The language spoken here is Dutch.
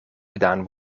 gedaan